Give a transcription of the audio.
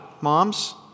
Moms